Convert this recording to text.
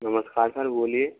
नमस्कार सर बोलिए